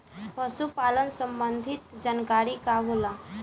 पशु पालन संबंधी जानकारी का होला?